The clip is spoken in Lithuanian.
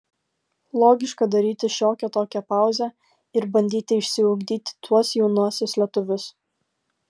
logiška daryti šiokią tokią pauzę ir bandyti išsiugdyti tuos jaunuosius lietuvius